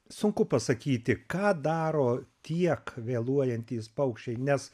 sunku pasakyti ką daro tiek vėluojantys paukščiai nes